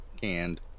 canned